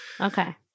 Okay